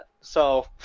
so-